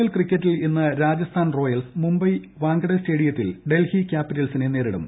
L ക്രിക്കറ്റിൽ ഇന്ന് Rajasthan Royals മുംബൈയിലെ വാങ്കഡെ സ്റ്റേഡിയത്തിൽ ഡൽഹി ക്യാപ്പിറ്റൽസിനെ നേരിടും